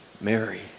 Mary